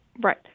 Right